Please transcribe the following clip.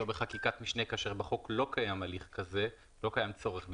בחקיקת משנה כאשר בחוק לא קיים הליך כזה נמחקת,